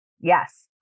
yes